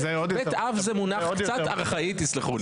בית אב זה מונח קצת ארכאי, תסלחו לי.